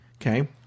Okay